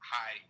hi